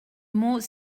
mot